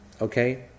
okay